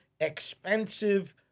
expensive